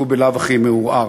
שהוא בלאו הכי מעורער.